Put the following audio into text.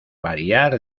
variar